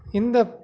இந்த